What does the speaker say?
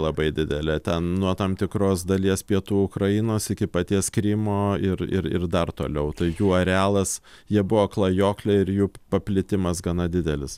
labai didelė ten nuo tam tikros dalies pietų ukrainos iki paties krymo ir ir ir dar toliau tai jų arealas jie buvo klajokliai ir jų paplitimas gana didelis